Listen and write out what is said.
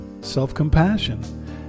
self-compassion